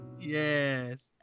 Yes